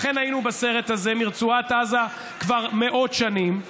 אכן היינו בסרט הזה מרצועת עזה כבר מאות שנים.